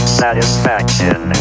satisfaction